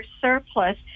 surplus